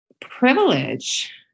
privilege